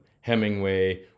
Hemingway